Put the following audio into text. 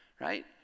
right